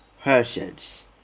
persons